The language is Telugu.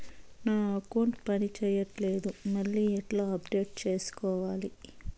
నా అకౌంట్ పని చేయట్లేదు మళ్ళీ ఎట్లా అప్డేట్ సేసుకోవాలి?